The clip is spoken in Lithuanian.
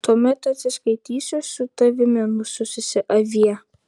tuomet atsiskaitysiu su tavimi nusususi avie